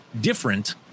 different